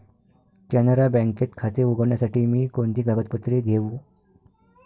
कॅनरा बँकेत खाते उघडण्यासाठी मी कोणती कागदपत्रे घेऊ?